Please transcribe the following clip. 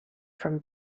from